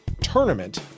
tournament